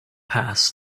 passed